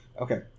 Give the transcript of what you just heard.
Okay